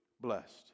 blessed